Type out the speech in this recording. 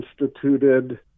instituted